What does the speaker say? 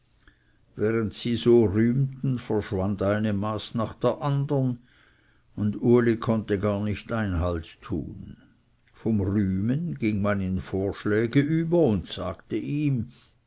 während sie so rühmten verschwand eine maß nach der andern und uli konnte gar nicht einhalt tun vom rühmen ging man in vorschläge über und sagte ihm